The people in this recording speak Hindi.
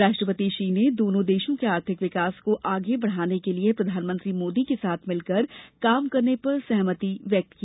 राष्ट्रपति शी ने दोनों देशों के आर्थिक विकास को आगे बढाने के लिए प्रधानमंत्री मोदी के साथ मिलकर काम करने पर सहमति व्यक्त की